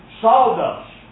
sawdust